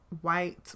white